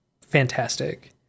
fantastic